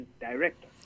director